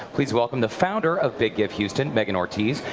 please welcome the founder of big give houston, megan ortiz,